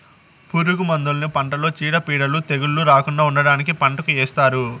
పురుగు మందులను పంటలో చీడపీడలు, తెగుళ్ళు రాకుండా ఉండటానికి పంటకు ఏస్తారు